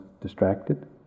distracted